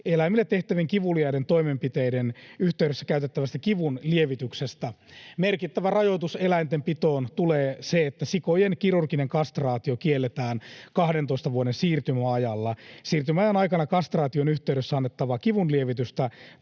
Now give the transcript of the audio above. eläimille tehtävien kivuliaiden toimenpiteiden yhteydessä käytettävästä kivunlievityksestä. Merkittävä rajoitus eläintenpitoon tulee siitä, että sikojen kirurginen kastraatio kielletään 12 vuoden siirtymäajalla. Siirtymäajan aikana kastraation yhteydessä annettavaa kivunlievitystä